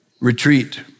retreat